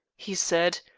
he said,